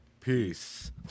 Peace